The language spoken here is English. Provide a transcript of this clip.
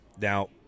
Now